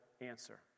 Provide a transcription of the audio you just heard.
answer